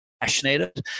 passionate